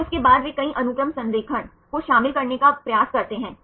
फिर उसके बाद वे कई अनुक्रम संरेखण को शामिल करने का प्रयास करते हैं